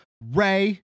Ray